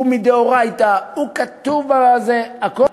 הוא מדאורייתא, הוא כתוב, הכול,